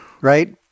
Right